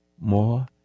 more